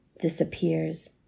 disappears